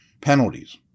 Penalties